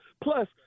Plus